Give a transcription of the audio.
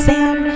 Sam